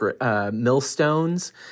millstones